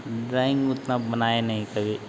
drawing उतना बनाए नहीं कभी